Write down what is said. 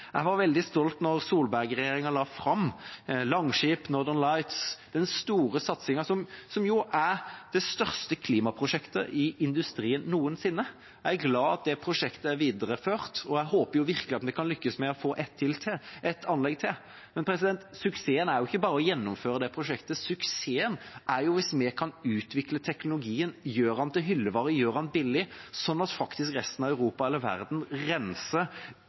Jeg var veldig stolt da Solberg-regjeringa la fram Langskip, Northern Lights, den store satsingen som er det største klimaprosjektet i industrien noensinne. Jeg er glad for at det prosjektet er videreført, og jeg håper virkelig at vi kan lykkes med å få et anlegg til. Men suksessen er jo ikke bare å gjennomføre det prosjektet. Suksessen er hvis vi kan utvikle teknologien, gjøre den til hyllevare, gjøre den billig, sånn at resten av Europa eller verden renser